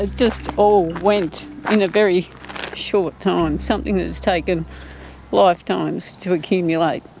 ah just all went in a very short time. something that's taken lifetimes to accumulate.